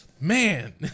Man